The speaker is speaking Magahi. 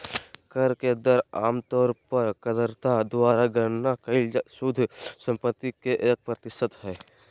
कर के दर आम तौर पर करदाता द्वारा गणना कइल शुद्ध संपत्ति के एक प्रतिशत हइ